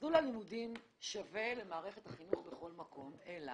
מסלול הלימודים שווה למערכת החינוך בכל מקום, אלא